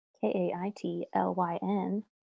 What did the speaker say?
K-A-I-T-L-Y-N